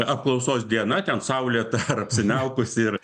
apklausos diena ten saulėta ar apsiniaukusi ir